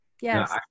Yes